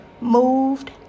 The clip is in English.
Moved